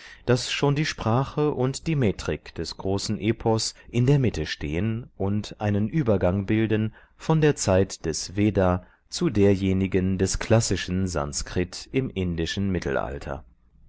daß schon die sprache und die metrik des großen epos in der mitte stehen und einen übergang bilden von der zeit des veda zu derjenigen des klassischen sanskrit im indischen mittelalter